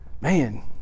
man